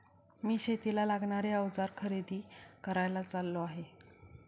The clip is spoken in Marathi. मी शेतीला लागणारे अवजार खरेदी करायला चाललो आहे